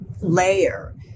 layer